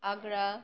Agra